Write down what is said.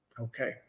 Okay